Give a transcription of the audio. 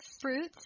fruits